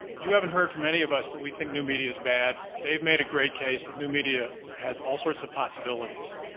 you haven't heard from any of us that we think new media is bad. they've made a great case that new media has all sorts of possibilities.